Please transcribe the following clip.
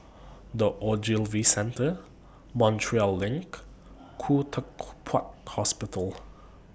The Ogilvy Centre Montreal LINK and Khoo Teck Puat Hospital